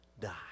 die